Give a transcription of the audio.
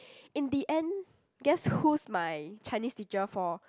in the end guess who's my Chinese teacher for